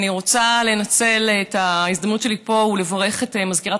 אני רוצה לנצל את ההזדמנות שלי פה ולברך את מזכירת